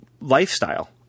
lifestyle